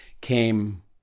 came